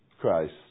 Christ